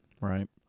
Right